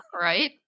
Right